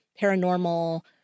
Paranormal